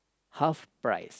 half price